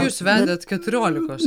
jūs vedėt keturiolikos